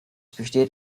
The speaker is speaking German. besteht